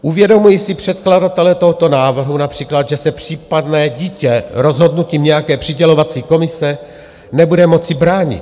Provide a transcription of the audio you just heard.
Uvědomují si předkladatelé tohoto návrhu například, že se případně dítě rozhodnutím nějaké přidělovací komise nebude moci bránit?